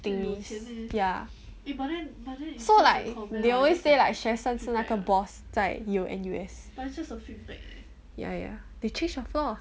thingies ya so like they always say like 学生是那个 boss 在 Yale N_U_S ya ya they changed her floor